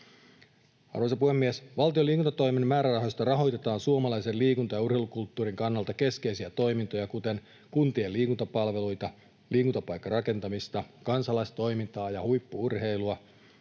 Arvoisa puhemies! Valtion liikuntatoimen määrärahoista rahoitetaan suomalaisen liikunta- ja urheilukulttuurin kannalta keskeisiä toimintoja, kuten kuntien liikuntapalveluita, liikuntapaikkarakentamista, kansalaistoimintaa ja huippu-urheilua,